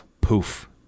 poof